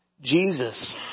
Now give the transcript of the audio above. Jesus